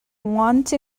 once